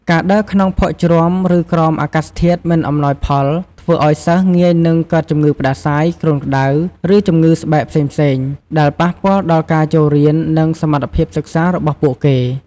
ការដើរក្នុងភក់ជ្រាំ ឬក្រោមអាកាសធាតុមិនអំណោយផល ធ្វើឱ្យសិស្សងាយនឹងកើតជំងឺផ្តាសាយ គ្រុនក្ដៅ ឬជំងឺស្បែកផ្សេងៗ ដែលប៉ះពាល់ដល់ការចូលរៀន និងសមត្ថភាពសិក្សារបស់ពួកគេ។